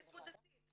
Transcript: נקודתית,